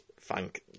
Thank